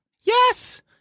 Yes